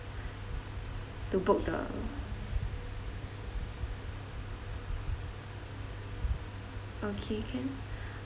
to book the okay can